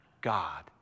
God